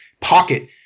pocket